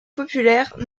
populaire